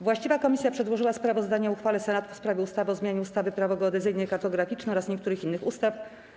Właściwa komisja przedłożyła sprawozdanie o uchwale Senatu w sprawie ustawy o zmianie ustawy - Prawo geodezyjne i kartograficzne oraz niektórych innych ustaw.